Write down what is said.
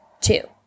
Two